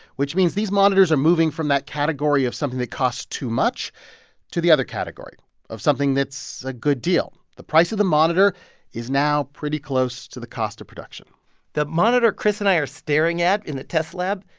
which means these monitors are moving from that category of something that cost too much to the other category of something that's a good deal. the price of the monitor is now pretty close to the cost of production the monitor chris and i are staring at in the test lab,